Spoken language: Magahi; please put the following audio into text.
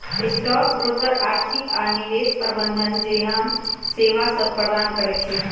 स्टॉक ब्रोकर आर्थिक आऽ निवेश प्रबंधन जेहन सेवासभ प्रदान करई छै